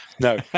no